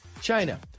China